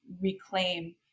reclaim